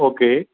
okay